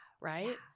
right